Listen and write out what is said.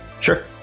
Sure